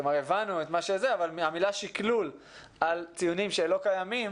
הבנו את דבריה אבל המילה "שקלול" לגבי ציונים שלא קיימים